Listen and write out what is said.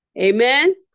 Amen